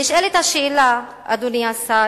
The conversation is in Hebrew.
נשאלת השאלה, אדוני השר: